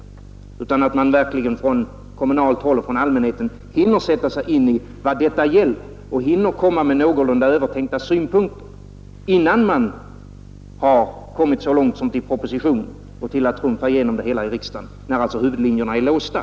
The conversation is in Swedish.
Kommunerna och allmänheten måste få tid på sig att hinna sätta sig in i vad det gäller och hinna komma med någorlunda övertänkta synpunkter innan man har kommit så långt som till en proposition och Nr 55 till att pumpa igenom det hela i riksdagen, dvs. när huvudlinjerna är låsta.